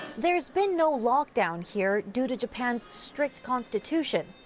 there's been no lockdown here, due to japan's strict constitution,